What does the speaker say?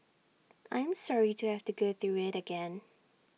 I am sorry to have to go through IT again